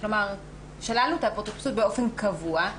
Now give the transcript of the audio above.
שללנו את האפוטרופסות באופן קבוע.